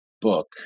book